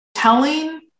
Telling